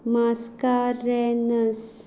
Mascarenhas